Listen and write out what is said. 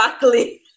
broccoli